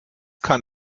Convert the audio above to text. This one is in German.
kann